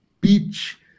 beach